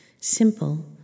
simple